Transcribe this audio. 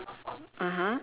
(uh huh)